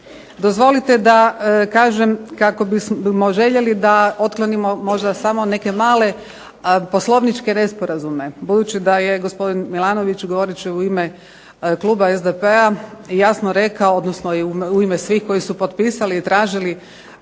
Dozvolite da kažem kako bismo željeli da otklonimo možda samo neke male poslovničke nesporazume. Budući da je gospodin Milanović govoreći u ime kluba SDP-a jasno rekao, odnosno i u ime svih koji su potpisali i tražili